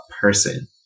person